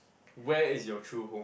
where is your true home